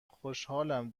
خوشحالم